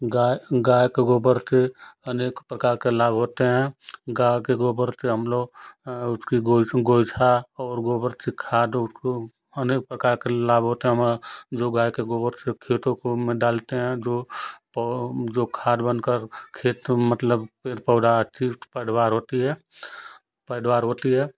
गाय गाय के गोबर के अनेक प्रकार के लाभ होते हैं गाय गोबर से हम लोग उसके गोल गोलछा और गोबर से खाद और उसको अनेक प्रकार के लाभ होते हैं हमाए जो गाय के गोबर से खेतों को में डालते हैं जो प जो खाद बनकर खेत मतलब पेड़ पौधा हर चीज़ पैदावार होती है पैदावार होती है